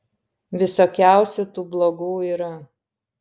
visokiausių tų blogų yra